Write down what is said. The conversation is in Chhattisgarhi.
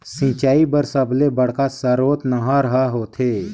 सिंचई बर सबले बड़का सरोत नहर ह होथे